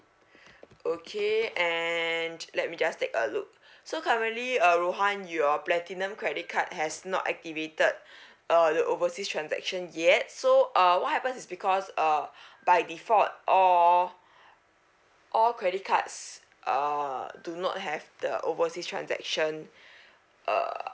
okay and let me just take a look so currently uh rohan your platinum credit card has not activated uh the overseas transaction yet so uh what happens is because uh by default all all credit cards uh do not have the oversea transaction err